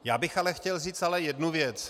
Já bych ale chtěl říci jednu věc.